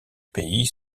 pays